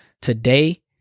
today